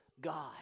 God